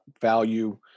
value